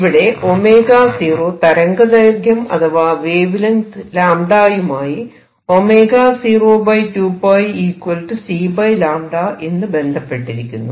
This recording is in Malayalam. ഇവിടെ 𝞈0 തരംഗ ദൈർഘ്യം അഥവാ വേവ് ലെങ്ത് യുമായി 𝞈02𝜋 c𝝀 എന്ന് ബന്ധപ്പെട്ടിരിക്കുന്നു